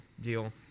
deal